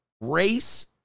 race